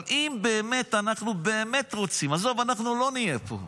אבל אם אנחנו באמת רוצים, עזוב, אנחנו לא נהיה פה,